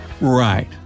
Right